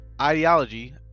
ideology